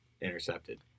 intercepted